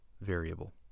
variable